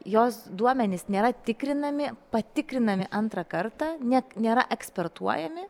jos duomenys nėra tikrinami patikrinami antrą kartą net nėra ekspertuojami